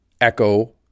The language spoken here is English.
echo